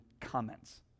comments